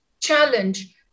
challenge